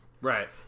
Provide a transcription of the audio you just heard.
Right